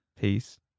Peace